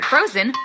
Frozen